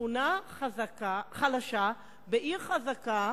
שכונה חלשה בעיר חזקה